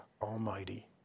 Almighty